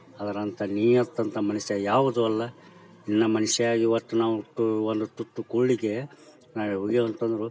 ಅದ್ರಂಥ ನೀಯತ್ತಂತ ಮನುಷ್ಯ ಯಾವುದೂ ಅಲ್ಲ ನಿನ್ನೆ ಮನುಷ್ಯ ಈವತ್ತು ನಾವು ತು ಒಂದು ತುತ್ತು ಕೂಳಿಗೆ ನಾವು ಹೋಗ್ಯಾವ ಅಂತ ಅಂದ್ರು